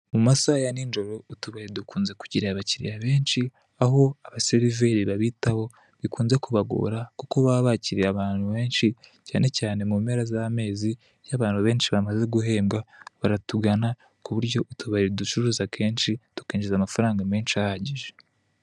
Mu masaha ya nijoro utubari dukunze kugira abakiriya benshi, aho abaseriveri babitaho bikunze kubagora kuko baba bakiriye abantu benshi, cyanecyane mu mpera z'amezi iyo abantu benshi bamaze guhembwa baratugana kuburyo utubari ducuruza kenshi tukinjiza amafara menshi ahagije.